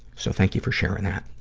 so thank you for sharing that.